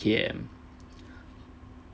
K_M